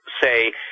say